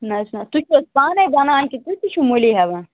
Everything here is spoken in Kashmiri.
نہ حظ نہ تُہۍ چھُو حظ پانَے بناوان کِنہٕ تُہۍ تہِ چھُو مٔلی ہٮ۪وان